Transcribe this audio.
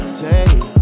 take